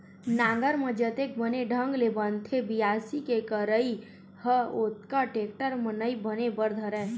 नांगर म जतेक बने ढंग ले बनथे बियासी के करई ह ओतका टेक्टर म नइ बने बर धरय